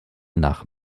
nach